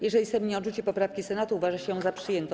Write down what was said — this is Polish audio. Jeżeli Sejm nie odrzuci poprawki Senatu, uważa się ją za przyjętą.